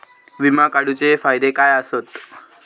विमा काढूचे फायदे काय आसत?